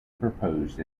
proposed